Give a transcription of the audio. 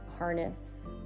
harness